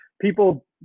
people